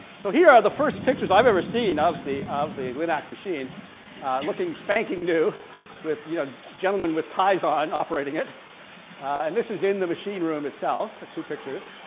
so here are the first pictures i've ever seen of the of the like machine looking spanking-new with, you know, gentlemen with ties on operating it and this is in the machine room itself two pictures